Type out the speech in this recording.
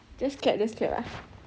just clap just clap ah